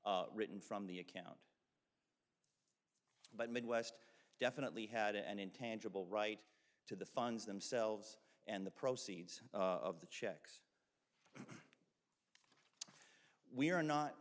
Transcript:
written from the account but midwest definitely had an intangible right to the funds themselves and the proceeds of the checks we are not